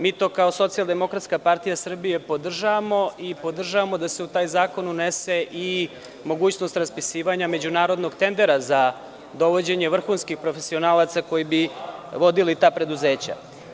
Mi to kao SDPS podržavamo i podržavamo da se u taj zakon unese i mogućnost raspisivanja međunarodnog tendera za dovođenje vrhunskih profesionalaca koji bi vodili ta preduzeća.